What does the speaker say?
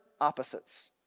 opposites